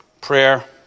prayer